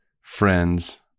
friends